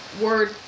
word